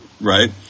right